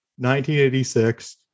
1986